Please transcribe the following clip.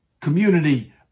community